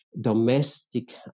domestic